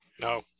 No